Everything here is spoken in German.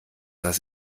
das